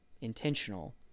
intentional